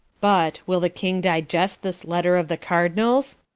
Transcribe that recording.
but will the king digest this letter of the cardinals?